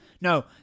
No